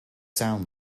sound